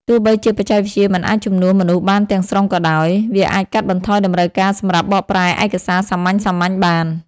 ទោះបីជាបច្ចេកវិទ្យាមិនអាចជំនួសមនុស្សបានទាំងស្រុងក៏ដោយ វាអាចកាត់បន្ថយតម្រូវការសម្រាប់បកប្រែឯកសារសាមញ្ញៗបាន។